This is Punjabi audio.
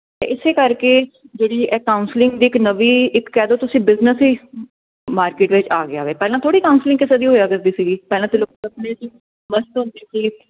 ਤੇ ਇਸੇ ਕਰਕੇ ਜਿਹੜੀ ਇਹ ਕਾਉਂਸਲਿੰਗ ਦੀ ਇੱਕ ਨਵੀਂ ਇੱਕ ਕਹਿ ਦੋ ਤੁਸੀਂ ਬਿਜ਼ਨਸ ਮਾਰਕੀਟ ਵਿੱਚ ਆ ਗਿਆ ਵੈ ਪਹਿਲਾਂ ਥੋੜੀ ਕਾਉਂਸਲਿੰਗ ਕਿਸੇ ਦੀ ਹੋਇਆ ਕਰਦੀ ਸੀਗੀ ਪਹਿਲਾਂ ਤੇ ਲੋਕੀ ਆਪਣੇ ਚ ਈ ਮਸਤ ਹੁੰਦੇ ਸੀ